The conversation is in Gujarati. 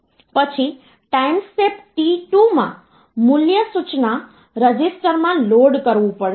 પછી ટાઈમ સ્ટેપ t2 માં મૂલ્ય સૂચના રજિસ્ટરમાં લોડ કરવું પડશે